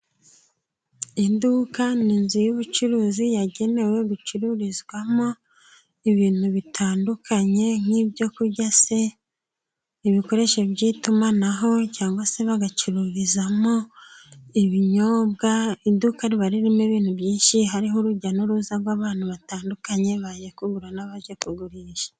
Iduka ni inzu y'ubucuruzi yagenewe gucururizwamo ibintu bitandukanye nk'ibyo kurya se, ibikoresho by'itumanaho, cyangwa se bagacururizamo ibinyobwa. Iduka riba ririmo ibintu byinshi. Hariho urujya n'uruza rw'abantu batandukanye, baje kugura n'abaje kugurisha.